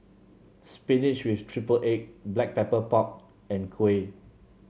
spinach with triple egg Black Pepper Pork and kuih